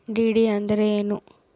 DD ಅಂದ್ರೇನು?